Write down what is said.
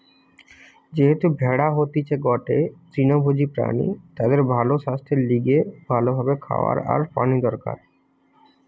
যেহেতু ভেড়া হতিছে গটে তৃণভোজী প্রাণী তাদের ভালো সাস্থের লিগে ভালো ভাবে খাওয়া আর পানি দরকার